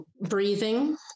breathing